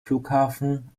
flughafen